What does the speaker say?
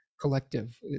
collective